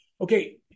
okay